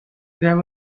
there